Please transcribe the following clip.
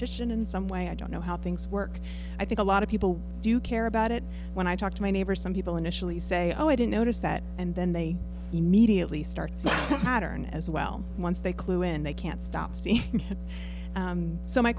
petition in some way i don't know how things work i think a lot of people do care about it when i talk to my neighbor some people initially say oh i didn't notice that and then they immediately starts pattern as well once they clue in they can't stop seeking help so my